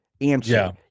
Answer